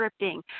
scripting